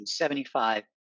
1975